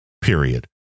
period